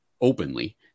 openly